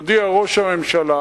יודיע ראש הממשלה,